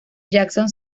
jackson